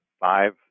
five